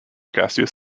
gaseous